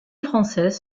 francés